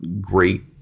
great